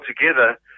together